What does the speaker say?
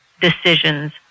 decisions